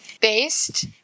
based